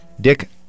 Dick